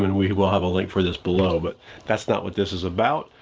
we will have a link for this below, but that's not what this is about.